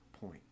point